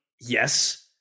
Yes